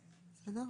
בסדר?